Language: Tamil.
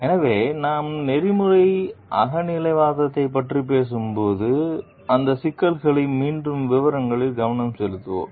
எனவே நாம் நெறிமுறை அகநிலைவாதத்தைப் பற்றி பேசும்போது அந்த சிக்கல்களை மீண்டும் விவரங்களில் கவனம் செலுத்துவோம்